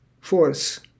force